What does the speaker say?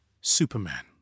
superman